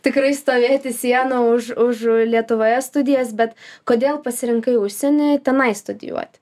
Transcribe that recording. tikrai stovėti siena už už lietuvoje studijas bet kodėl pasirinkai užsieny tenai studijuoti